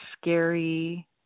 scary